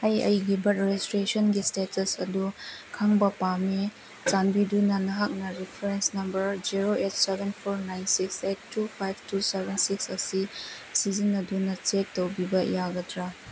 ꯑꯩ ꯑꯩꯒꯤ ꯕꯥꯔꯠ ꯔꯦꯖꯤꯁꯇ꯭ꯔꯦꯁꯟꯒꯤ ꯏꯁꯇꯦꯇꯁ ꯑꯗꯨ ꯈꯪꯕ ꯄꯥꯝꯃꯤ ꯆꯥꯟꯕꯤꯗꯨꯅ ꯅꯍꯥꯛꯅ reference number zero eight seven four nine six eight two five two seven six ꯑꯁꯤ ꯁꯤꯖꯤꯟꯅꯗꯨꯅ ꯆꯦꯛ ꯇꯧꯕꯤꯕ ꯌꯥꯒꯗ꯭ꯔꯥ